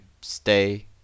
stay